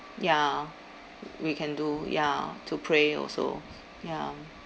ya w~ we can do ya to pray also ya